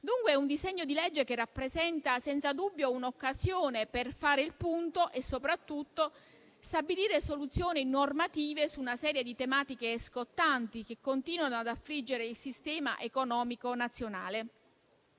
È un disegno di legge che rappresenta senza dubbio un'occasione per fare il punto e soprattutto stabilire soluzioni normative su una serie di tematiche scottanti, che continuano ad affliggere il sistema economico nazionale.